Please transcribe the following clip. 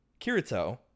Kirito